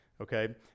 Okay